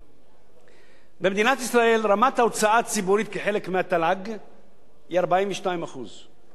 במדינת ישראל רמת ההוצאה הציבורית כחלק מהתל"ג היא 42%. זאת אומרת,